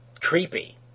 creepy